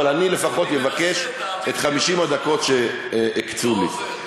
אבל אני לפחות אבקש את 50 הדקות שהקצו לי.